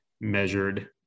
measured